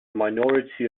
minority